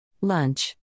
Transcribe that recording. Lunch